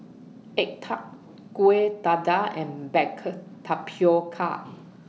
Egg Tart Kuih Dadar and Baked Tapioca